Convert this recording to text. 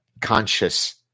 conscious